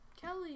Kelly